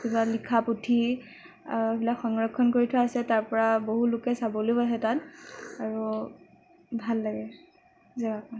কিবা লিখা পুথি এইবিলাক সংৰক্ষণ কৰি থোৱা আছে তাৰ পৰা বহু লোকে চাবলৈও আহে তাত আৰু ভাল লাগে জেগাখন